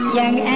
young